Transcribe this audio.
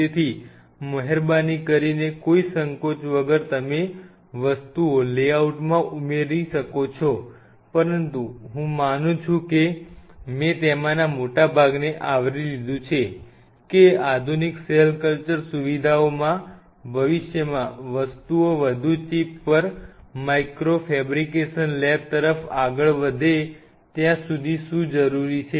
તેથી મહેરબાની કરીને કોઇ સંકોચ વગર તમે વસ્તુઓના લેઆઉટમાં ઉમેરો કરો છો પરંતુ હું માનું છું કે મેં તેમાંના મોટા ભાગને આવરી લીધું છે કે આધુનિક સેલ કલ્ચર સુવિધાઓમાં ભવિષ્યમાં વસ્તુઓ વધુ ચિપ પર માઇક્રો ફેબ્રિકેશન લેબ તરફ આગળ વધે ત્યાં સુધી શું જરૂરી છે